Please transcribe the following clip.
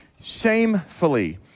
shamefully